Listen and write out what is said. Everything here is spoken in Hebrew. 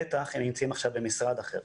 בטח אם נמצאים עכשיו במשרד אחר,